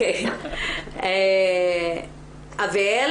אביאל